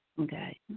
okay